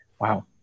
Wow